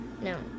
no